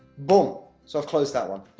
boom, so i've closed that one.